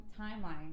timeline